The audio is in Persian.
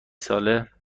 ساله